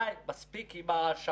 די, מספיק עם ההאשמות.